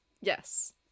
yes